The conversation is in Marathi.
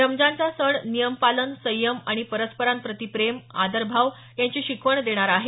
रमजानचा सण नियम पालन संयम आणि परस्परांप्रती प्रेम आदरभाव यांची शिकवण देणारा आहे